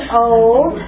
old